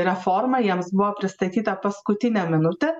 reforma jiems buvo pristatyta paskutinę minutę